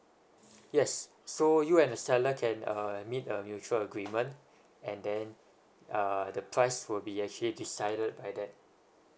yes so you and the seller can uh meet a mutual agreement and then uh the price will be actually decided by that